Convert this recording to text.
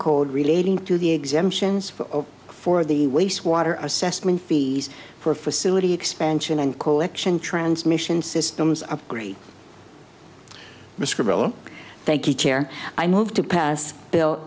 code relating to the exemptions for of for the waste water assessment fees for facility expansion and collection transmission systems upgrade mr bell thank you chair i moved to pass bill